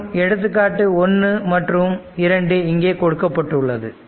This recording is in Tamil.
மற்றும் எடுத்துக்காட்டு 1 மற்றும் 2 இங்கே கொடுக்கப்பட்டுள்ளது